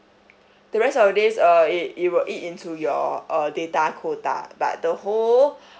the rest of the days uh it it will eat into your uh data quota but the whole